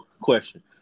question